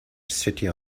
city